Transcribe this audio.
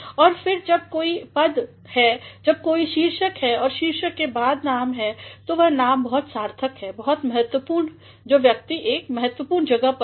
और फिर जब भी कोई पद है जब भी कोई शीर्षक है और शीर्षक के बाद नाम है तो वह नाम बहुत सार्थक है बहुतमहत्वपूर्ण जो व्यक्ति एक महत्वपूर्ण जगह पर हो